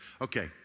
Okay